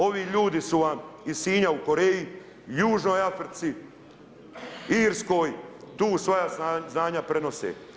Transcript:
Ovi ljudi su vam iz Sinja u Koreji, južnoj Africi, Irskoj tu svoja znanja prenose.